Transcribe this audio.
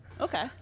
Okay